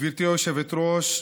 גברתי היושבת-ראש,